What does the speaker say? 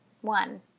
one